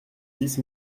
dix